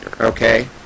Okay